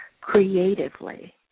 creatively